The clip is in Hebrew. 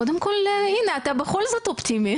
קודם כל, הינה אתה בכל זאת אופטימי.